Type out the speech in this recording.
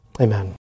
Amen